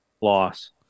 Loss